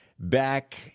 back